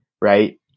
Right